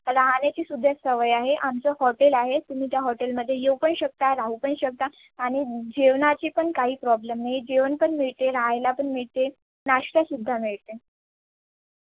राहण्याचीसुद्धा सोय आहे आमचं हॉटेल आहे तुम्ही त्या हॉटेलमध्ये येऊ पण शकता राहू पण शकता आणि जेवणाची पण काही प्रॉब्लेम नाही जेवण पण मिळते रहायला पण मिळते नाश्तासुद्धा मिळते